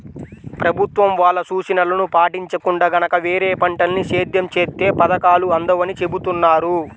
ప్రభుత్వం వాళ్ళ సూచనలను పాటించకుండా గనక వేరే పంటల్ని సేద్యం చేత్తే పథకాలు అందవని చెబుతున్నారు